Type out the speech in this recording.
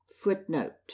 footnote